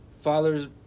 Fathers